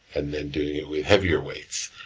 and then, doing it with heavier weights.